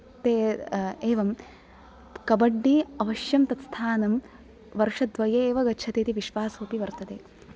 ते एवं कबड्डि अवश्यं तत् स्थानं वर्षद्वये एव गच्छति इति विश्वासोऽपि वर्तते